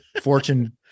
fortune